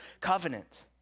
covenant